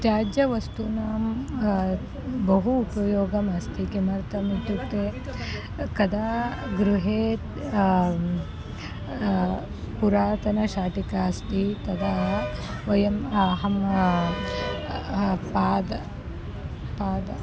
त्याज्यवस्तूनां बहु उपयोगः अस्ति किमर्थम् इत्युक्ते कदा गृहे पुरातनशाटिका अस्ति तदा वयम् अहं पादः पादः